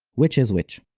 which is which?